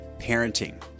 parenting